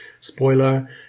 Spoiler